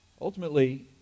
Ultimately